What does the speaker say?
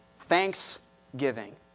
thanksgiving